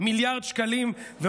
אני עפר לרגליו של בן-גוריון.